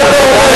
מה אתה אומר?